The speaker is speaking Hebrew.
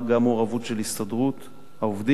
במעורבות של הסתדרות העובדים,